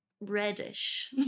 reddish